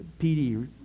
PD